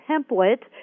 template